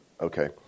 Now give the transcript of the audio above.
Okay